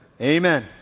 Amen